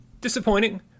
disappointing